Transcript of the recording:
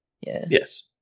Yes